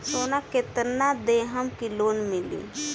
सोना कितना देहम की लोन मिली?